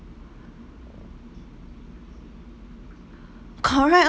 correct